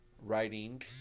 Writing